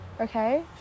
Okay